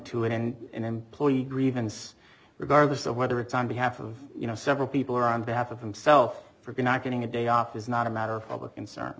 to it and an employee grievance regardless of whether it's on behalf of you know several people or on behalf of himself for not getting a day off is not a matter of public concern